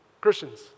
Christians